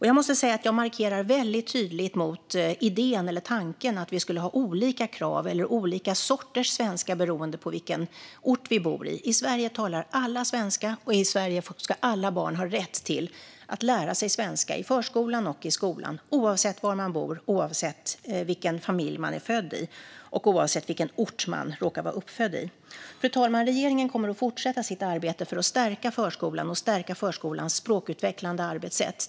Jag måste säga att jag markerar väldigt tydligt mot tanken att vi skulle ha olika krav eller olika sorters svenska beroende på vilken ort vi bor i. I Sverige talar alla svenska, och i Sverige ska alla barn ha rätt till att lära sig svenska i förskolan och i skolan oavsett var man bor, oavsett vilken familj man är född i och oavsett vilken ort man råkar vara uppväxt i. Fru talman! Regeringen kommer att fortsätta sitt arbete för att stärka förskolan och stärka förskolans språkutvecklande arbetssätt.